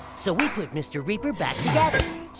so we put mr. reaper back together.